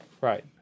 Right